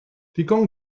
digon